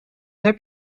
heb